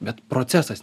bet procesas